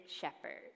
shepherd